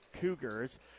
Cougars